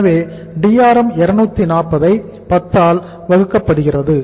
எனவே DRM 240 ஐ 10 ஆல் வகுக்கப்படுகிறது